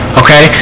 okay